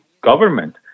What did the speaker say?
government